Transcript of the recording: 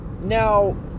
Now